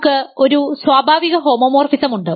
നമുക്ക് ഒരു സ്വാഭാവിക ഹോമോമോർഫിസം ഉണ്ട്